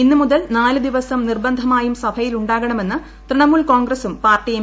ഇന്ന് മുതൽ നാല് ദിവസം നിർബന്ധമായും സഭയിലുാകണമെന്ന് തൃണമൂൽ കോൺഗ്രസ്സും പാർട്ടി എം